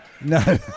No